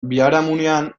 biharamunean